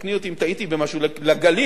תקני אותי אם טעיתי במשהו: לגליל,